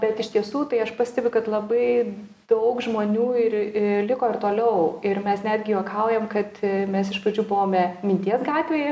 bet iš tiesų tai aš pastebiu kad labai daug žmonių ir liko ir toliau ir mes netgi juokaujam kad mes iš pradžių buvome minties gatvėje